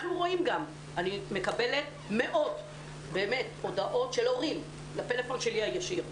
אני מקבלת מאות הודעות של הורים לטלפון הישיר שלי.